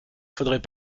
faudrait